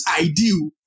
ideal